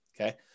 Okay